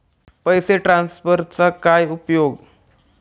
पैसे ट्रान्सफरचा काय उपयोग?